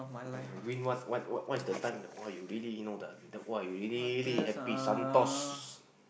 win what what what is the time that !wah! you really know the !wah! you really really happy Santos